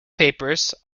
papers